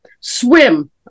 swim